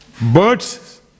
Birds